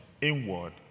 inward